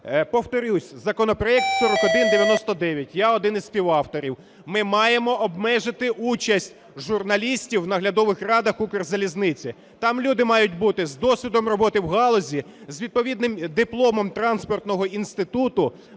Повторюсь, законопроект 4199, я один із співавторів. Ми маємо обмежити участь журналістів у наглядових радах Укрзалізниці. Там люди мають бути з досвідом роботи в галузі, з відповідним дипломом транспортного інституту.